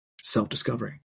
self-discovery